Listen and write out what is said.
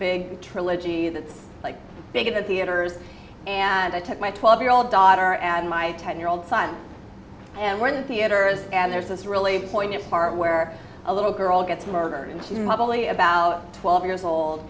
big trilogy that's like big of the theaters and i took my twelve year old daughter and my ten year old son and we're in the theaters and there's this really poignant part where a little girl gets murdered and she's probably about twelve years old